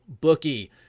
bookie